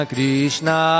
Krishna